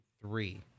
three